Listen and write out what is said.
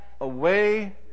away